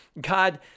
God